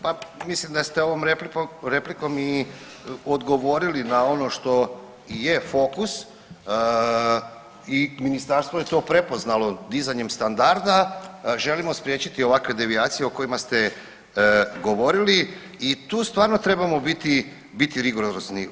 Pa mislim da ste ovom replikom i odgovorili na ono što i je fokus i ministarstvo je to prepoznalo dizanjem standarda želimo spriječiti ovakve devijacije o kojima ste govorili i tu stvarno trebamo biti rigorozni.